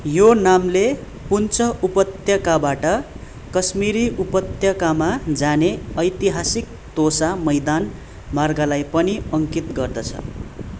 यो नामले पुन्च उपत्यकाबाट कश्मीरी उपत्यकामा जाने ऐतिहासिक तोसा मैदान मार्गलाई पनि अङ्कित गर्दछ